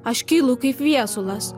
aš kylu kaip viesulas